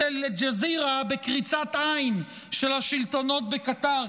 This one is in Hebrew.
אל-ג'זירה בקריצת עין של השלטונות בקטאר?